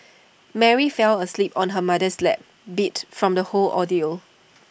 Mary fell asleep on her mother's lap beat from the whole ordeal